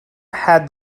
had